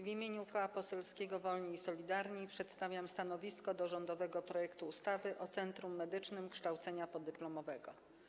W imieniu Koła Poselskiego Wolni i Solidarni przedstawiam stanowisko odnośnie do rządowego projektu ustawy o Centrum Medycznym Kształcenia Podyplomowego.